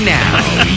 now